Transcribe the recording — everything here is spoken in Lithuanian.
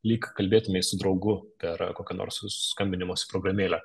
lyg kalbėtumei su draugu per kokią nors skambinimosi programėlę